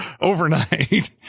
overnight